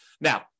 Now